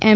એમ